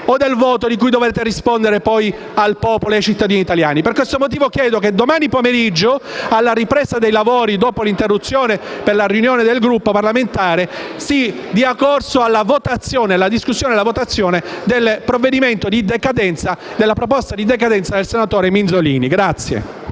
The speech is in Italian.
o del voto di cui dovrete rispondere, poi, al popolo e ai cittadini italiani. Per questo motivo chiedo che domani pomeriggio, alla ripresa dei lavori dopo l'interruzione per la riunione del Gruppo parlamentare, si dia corso alla discussione e alla votazione sulla proposta di decadenza del senatore Minzolini.